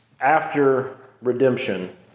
after-redemption